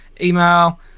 Email